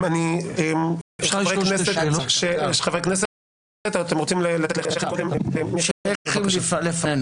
חברי הכנסת, אתם רוצים לתת לאחד השייחים קודם?